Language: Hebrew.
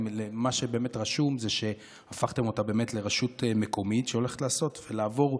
מה שרשום הוא שהפכתם אותה לרשות מקומית שהולכת לעבור,